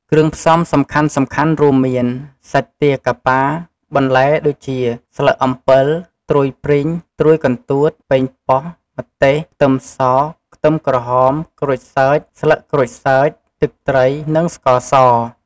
គ្រឿងផ្សំសំខាន់ៗរួមមាន សាច់ទាកាប៉ា, បន្លែដូចជា ស្លឹកអំពិល, ត្រួយព្រីង, ត្រួយកន្ទួត, ប៉េងប៉ោះ, ម្ទេស, ខ្ទឹមស, ខ្ទឹមក្រហម, ក្រូចសើច, ស្លឹកក្រូចសើច, ទឹកត្រី និងស្ករស។